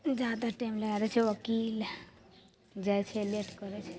जादा टाइम लगै दै छै ओकील जाइ छिए से लेट करै छै